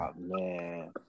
man